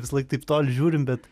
visąlaik taip toli žiūrim bet